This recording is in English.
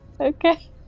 Okay